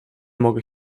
mogę